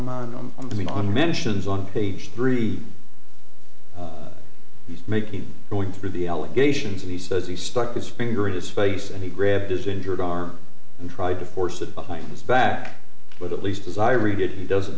mind on me on mentions on page three he's making going through the allegations and he says he stuck his finger in his face and he grabbed his injured arm and tried to force it behind his back but at least desire revealed he doesn't